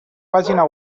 pàgina